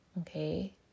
okay